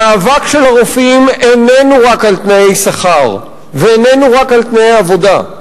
המאבק של הרופאים איננו רק על תנאי שכר ואיננו רק על תנאי עבודה.